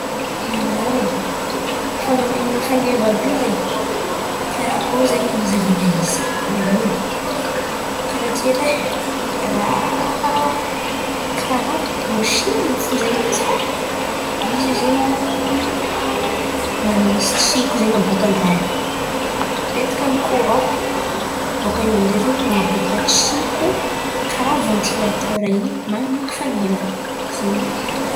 Fan̈amain̈ana fan̈eva àby io zen̈y, karakôry zen̈y an̈azavan̈a izy. karà ty edy ai raha karà broshin in̈y fo zen̈y izy fa izy zen̈y manisy tsiko zen̈y abôka ny raha io. Apetaka amy ny koron bôka eo amin'jay zen̈y man̈aboaka tsiko karaha ventilatera in̈y, mahamaiky fan̈eva.